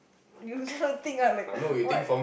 you never think ah like what